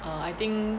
err I think